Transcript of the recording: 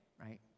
right